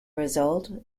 result